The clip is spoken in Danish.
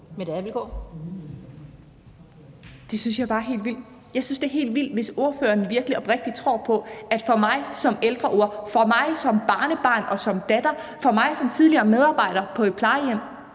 Mette Abildgaard (KF): Det synes jeg bare er helt vildt. Jeg synes, det er helt vildt, hvis ordføreren virkelig oprigtigt tror på, at det for mig som ældreordfører, for mig som barnebarn og som datter, for mig som tidligere medarbejder på et plejehjem,